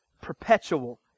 Perpetual